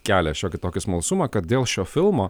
kelia šiokį tokį smalsumą kad dėl šio filmo